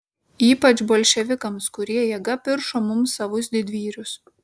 ypač bolševikams kurie jėga piršo mums savus didvyrius